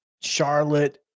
Charlotte